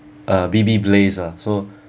uh B_B blaze ah so